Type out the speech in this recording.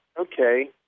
okay